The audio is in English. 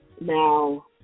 Now